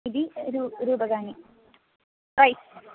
इति रूप्यकाणि प्रैस्